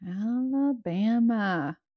Alabama